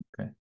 okay